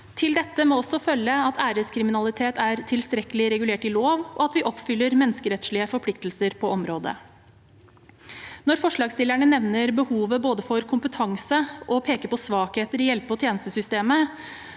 Til dette må også følge at æreskriminalitet er tilstrekkelig regulert i lov, og at vi oppfyller menneskerettslige forpliktelser på området. Når forslagsstillerne både nevner behovet for kompetanse og peker på svakheter i hjelpe- og tjenestesystemet,